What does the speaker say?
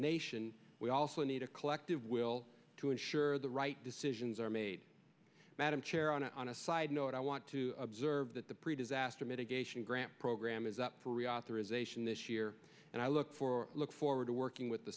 nation we also need a collective will to ensure the right decisions are made madam chair on a on a side note i want to observe that the pre disaster mitigation grant program is up for reauthorization this year and i look for look forward to working with the